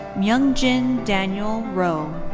myungjin daniel ro.